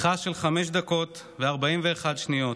שיחה של חמש דקות ו-41 שניות.